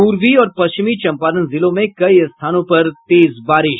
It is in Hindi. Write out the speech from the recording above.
पूर्वी और पश्चिमी चंपारण जिलों में कई स्थानों पर तेज बारिश